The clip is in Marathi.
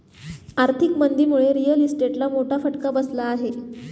आर्थिक मंदीमुळे रिअल इस्टेटला मोठा फटका बसला आहे